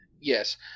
yes